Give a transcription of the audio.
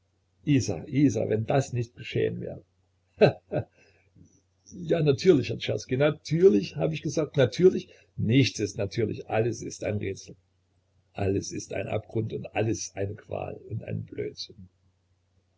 isa isa wenn das nicht geschehen wäre he he he ja natürlich herr czerski natürlich hab ich gesagt natürlich nichts ist natürlich alles ist ein rätsel alles ist ein abgrund und alles eine qual und ein blödsinn